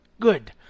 Good